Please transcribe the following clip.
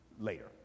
later